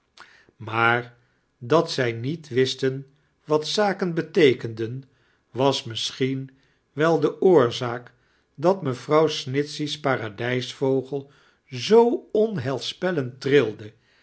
maar dat zij niet wisten wat zaken beteekenden was misbchien wel de oorzaak dat mevrouw snitwhey's paradijsvogel zoo onheilspellfend trilde